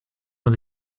man